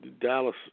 Dallas